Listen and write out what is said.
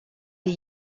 die